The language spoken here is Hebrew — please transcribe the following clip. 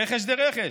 רכש זה רכש.